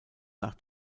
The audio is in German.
nach